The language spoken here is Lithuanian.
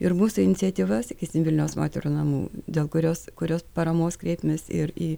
ir mūsų iniciatyva sakysim vilniaus moterų namų dėl kurios kurios paramos kreipėmės ir į